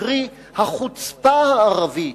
קרי החוצפה הערבית,